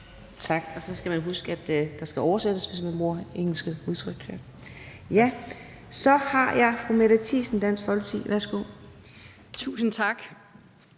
Tak. Man skal huske, at der skal oversættes, hvis man bruger engelske udtryk. Så er det fru Mette Thiesen, Dansk Folkeparti. Værsgo. Kl.